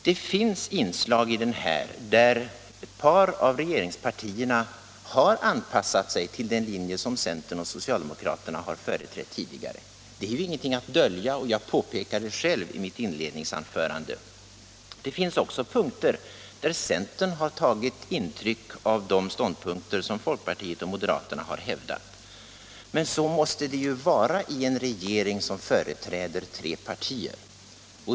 Det finns inslag i den där folkpartiet och moderaterna anpassat sig till den linje som centern och socialdemokraterna har företrätt tidigare. Det är ingenting att dölja, och jag påpekade det själv i mitt inledningsanförande. Det finns också punkter där centern tagit intryck av de ståndpunkter som folkpartiet och moderaterna har hävdat. Men så måste det ju vara i en regering som företräder tre partier.